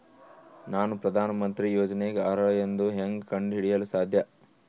ನಾನು ಪ್ರಧಾನ ಮಂತ್ರಿ ಯೋಜನೆಗೆ ಅರ್ಹ ಎಂದು ಹೆಂಗ್ ಕಂಡ ಹಿಡಿಯಲು ಸಾಧ್ಯ?